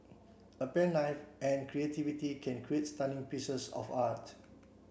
a pen knife and creativity can create stunning pieces of art